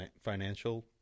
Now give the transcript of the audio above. financial